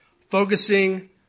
Focusing